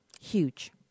Huge